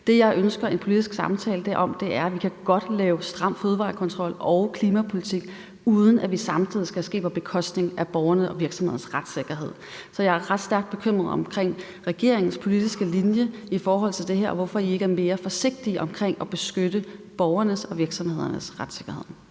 Det, jeg ønsker en politisk samtale om, er, at vi godt kan lave stram fødevarekontrol og klimapolitik, uden at det samtidig skal ske på bekostning af borgernes og virksomhedernes retssikkerhed. Så jeg er ret stærkt bekymret for regeringens politiske linje i forhold til det her, og i forhold til hvorfor I ikke er mere forsigtige omkring borgernes og virksomhedernes retssikkerhed.